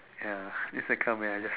ya this the kind of man I just